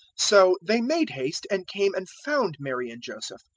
so they made haste and came and found mary and joseph,